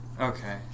Okay